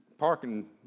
parking